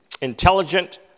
intelligent